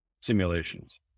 simulations